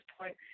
point